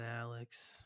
Alex